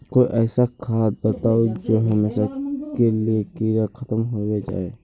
कोई ऐसा खाद बताउ जो हमेशा के लिए कीड़ा खतम होबे जाए?